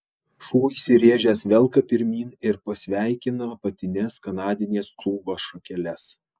šuo įsiręžęs velka pirmyn ir pasveikina apatines kanadinės cūgos šakeles